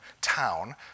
town